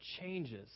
changes